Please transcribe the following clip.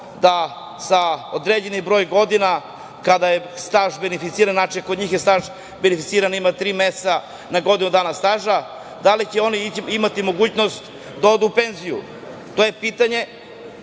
da sa određenim brojem godina kada je staž beneficiran, znači kod njih je staž beneficiran, imaju 3 meseca na godinu dana staža, da li će oni imati mogućnost da odu u penziju? To je pitanje